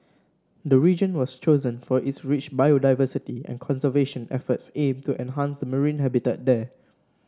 the region was chosen for its rich biodiversity and conservation efforts aim to enhance the marine habitat there